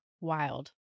Wild